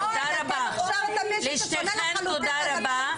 אורלי, תודה רבה, לשתיכן תודה רבה.